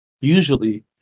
usually